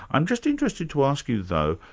i'm just interested to ask you though,